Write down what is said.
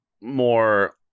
more